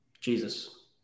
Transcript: Jesus